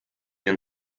den